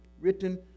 written